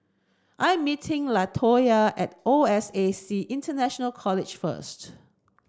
I'm meeting Latoyia at O S A C International College first